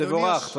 אדוני, תבורך.